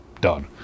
done